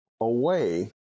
away